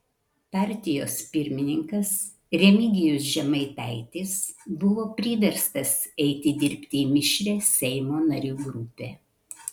partijos pirmininkas remigijus žemaitaitis buvo priverstas eiti dirbti į mišrią seimo narių grupę